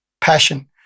passion